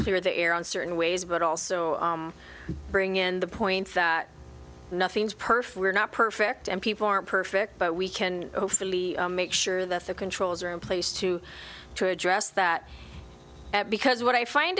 clear the air on certain ways but also bring in the point that nothing's perfect we're not perfect and people aren't perfect but we can hopefully make sure that the controls are in place to try to address that because what i find